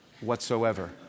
whatsoever